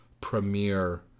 premiere